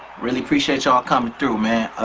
really appreciate y'all coming through, man.